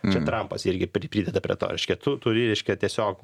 čia trampas irgi pri prydeda prie to reiškia tu turi reiškia tiesiog